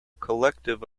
collective